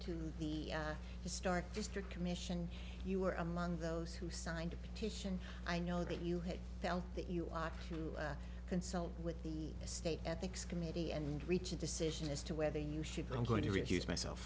to the historic district commission you were among those who signed a petition i know that you had felt that you ought to consult with the state ethics committee and reach a decision as to whether you should go i'm going to refuse myself